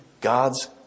God's